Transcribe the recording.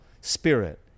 spirit